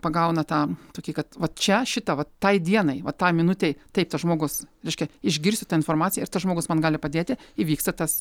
pagauna tą tokį kad vat čia šita vat tai dienai vat tai minutei taip tas žmogus reiškia išgirsiu tą informaciją ir tas žmogus man gali padėti įvyksta tas